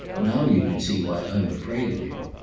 now you can see why i'm afraid of you.